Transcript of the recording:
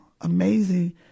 amazing